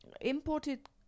imported